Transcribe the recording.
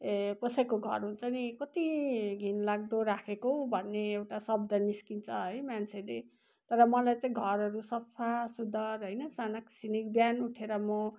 ए कसैको घर हुन्छ नि कति घिनलाग्दो राखेको हौ भन्ने एउटा शब्द निस्किन्छ है मान्छेले तर मलाई चाहिँ घरहरू सफासुग्घर होइन सनाकसिनिक बिहान उठेर म